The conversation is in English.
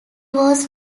was